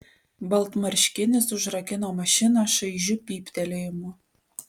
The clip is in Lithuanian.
baltmarškinis užrakino mašiną šaižiu pyptelėjimu